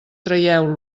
traieu